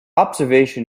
observation